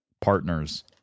partners